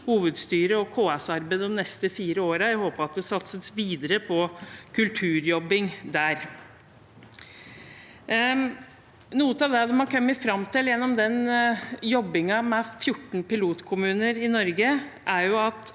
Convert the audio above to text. hovedstyre og KS-arbeid de neste fire årene, og jeg håper at det satses videre på kulturjobbing. Noe av det de har kommet fram til gjennom jobbing med 14 pilotkommuner i Norge, er at